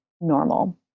normal